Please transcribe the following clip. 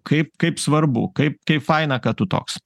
kaip kaip svarbu kaip kaip faina kad tu toks